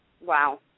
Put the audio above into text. Wow